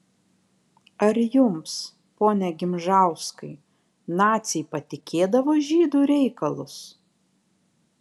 ar jums pone gimžauskai naciai patikėdavo žydų reikalus